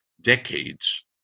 decades